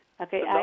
Okay